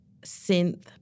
synth